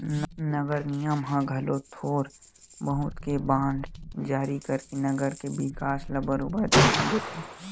नगर निगम ह घलो थोर बहुत के बांड जारी करके नगर के बिकास म बरोबर धियान देथे